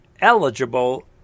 eligible